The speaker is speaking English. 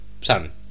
Son